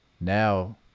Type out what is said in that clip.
now